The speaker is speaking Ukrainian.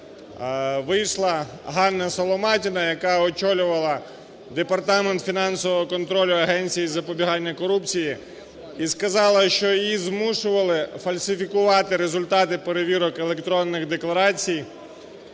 вийшла Ганна Соломатіна, яка очолювала Департамент фінансового контролю Агенції запобігання корупції, і сказала, що її змушували фальсифікувати результати перевірок електронних декларацій,